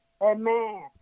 Amen